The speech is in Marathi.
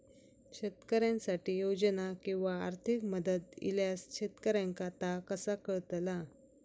शेतकऱ्यांसाठी योजना किंवा आर्थिक मदत इल्यास शेतकऱ्यांका ता कसा कळतला?